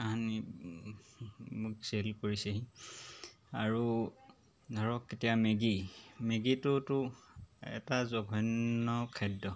কাহানি মোক চেল কৰিছেহি আৰু ধৰক এতিয়া মেগী মেগীটোতো এটা জঘন্য খাদ্য